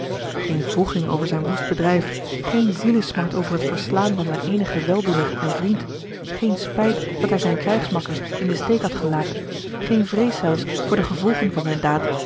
geene wroeging over zijn woest bedrijf geene zielesmart over het verslaan van zijn eenigen weldoener en vriend geen spijt dat hij zijne krijgsmakkers in den steek had gelaten geene vrees zelfs voor de gevolgen van zijne daad